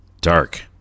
dark